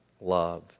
love